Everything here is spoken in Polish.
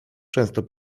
często